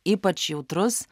ypač jautrus